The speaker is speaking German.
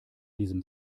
diesem